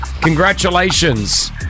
Congratulations